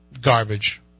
garbage